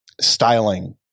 styling